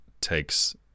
takes